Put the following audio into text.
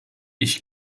ich